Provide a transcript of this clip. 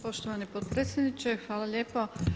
Poštovani potpredsjedniče, hvala lijepa.